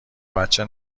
بچه